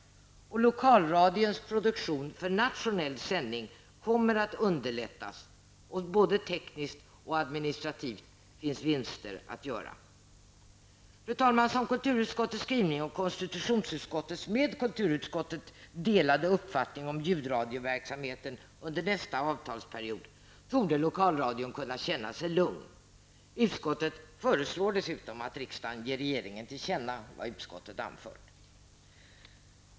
Lokalradions produktion för nationell sändning kommer att underlättas. Såväl tekniskt som administrativt finns vinster att göra. Fru talman! Med kulturutskottets skrivning och konstitutionsutskottets med kulturutskottets delade uppfattning om ljudradioverksamheten under nästa avtalsperiod, torde lokalradion kunna känna sig lugn. Utskottet föreslår dessutom att riksdagen ger regeringen till känna vad utskottet anfört.